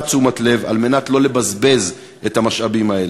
תשומת לב על מנת לא לבזבז את המשאבים האלה,